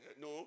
No